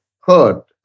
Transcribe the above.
hurt